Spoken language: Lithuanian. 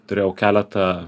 turėjau keletą